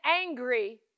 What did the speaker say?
angry